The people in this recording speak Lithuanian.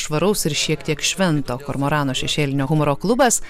švaraus ir šiek tiek švento kormorano šešėlinio humoro klubas